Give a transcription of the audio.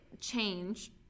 change